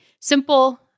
simple